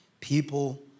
People